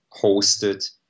hosted